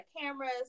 cameras